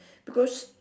because